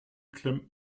klemmt